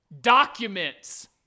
documents